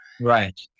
Right